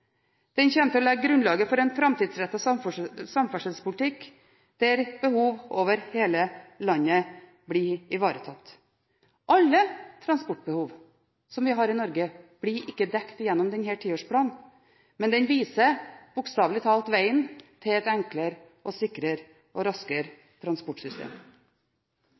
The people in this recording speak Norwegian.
den kommer til å legge grunnlaget for en framtidsrettet samferdselspolitikk, der behov over hele landet blir ivaretatt. Alle transportbehov som vi har i Norge, blir ikke dekket gjennom denne tiårsplanen, men den viser – bokstavelig talt – veien til et enklere, sikrere og raskere